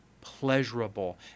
pleasurable